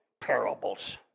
parables